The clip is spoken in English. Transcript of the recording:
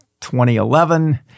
2011